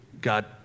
God